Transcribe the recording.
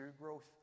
growth